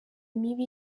mibi